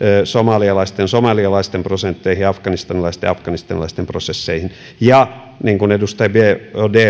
somalialaisten prosentteja somalialaisten prosentteihin afganistanilaisten prosentteja afganistanilaisten prosentteihin ja niin kuin edustaja biaudet